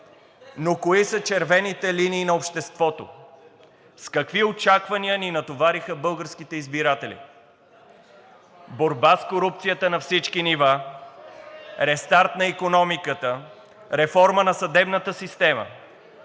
но кои са червените линии на обществото? С какви очаквания ни натовариха българските избиратели? Борба с корупцията на всички нива, рестарт на икономиката, реформа на съдебната система,